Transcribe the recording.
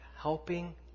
helping